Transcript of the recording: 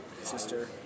sister